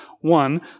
one